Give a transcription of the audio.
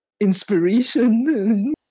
inspiration